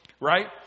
right